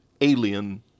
alien